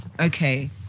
okay